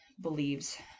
believes